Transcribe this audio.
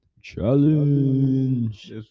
Challenge